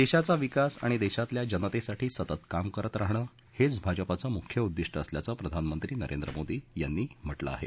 देशाचा विकास आणि देशातल्या जनतेसाठी सतत काम करत राहणं हेच भाजपाचं मुख्य उद्दिष्ट असल्याचं प्रधानमंत्री नरेंद्र मोदी यांनी म्हटलं आहे